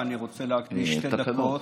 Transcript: ואני רוצה להקדיש שתי דקות,